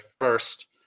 first